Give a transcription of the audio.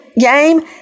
game